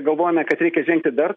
galvojame kad reikia žengti dar